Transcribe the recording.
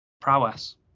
prowess